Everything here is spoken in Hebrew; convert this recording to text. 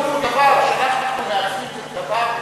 חינוך הוא דבר שאנחנו מעצבים כדבר,